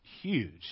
huge